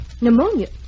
Pneumonia